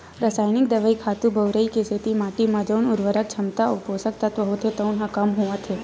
रसइनिक दवई, खातू बउरई के सेती माटी म जउन उरवरक छमता अउ पोसक तत्व होथे तउन ह कम होवत हे